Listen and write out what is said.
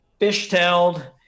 fishtailed